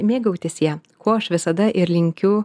mėgautis ja ko aš visada ir linkiu